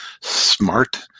smart